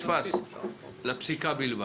נתפס לפסיקה בלבד.